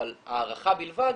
אבל הערכה בלבד,